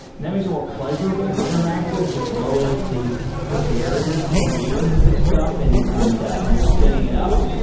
and that makes it more pleasurable to interact with, which lowers the the barrier to engaging with this stuff and and and spinning it up.